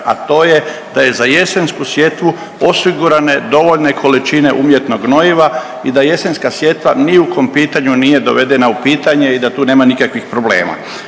a to je da je za jesensku sjetvu osigurane dovoljne količine umjetnog gnojiva i da jesenska sjetva ni u kom pitanju nije dovedena u pitanje i da tu nema nikakvih problema.